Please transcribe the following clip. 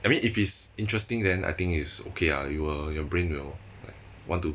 I mean if it's interesting then I think is okay ah you will your brain will like want to